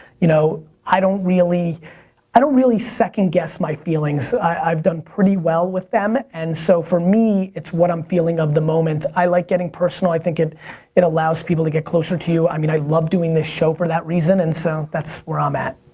you know i don't really i don't really second guess my feelings. i've done pretty well with them. and so for me, it's what i'm feeling of the moment. i like getting personal. i think it it allows people to get closer to you. i mean i love doing this show for that reason, and so that's where i'm at.